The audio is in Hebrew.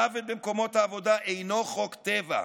מוות במקומות העבודה אינו חוק טבע,